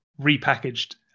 repackaged